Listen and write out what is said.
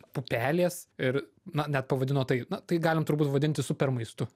pupelės ir na net pavadino tai na tai galim turbūt vadinti supermaistu